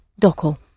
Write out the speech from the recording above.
Doko